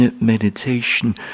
meditation